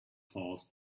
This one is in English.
horse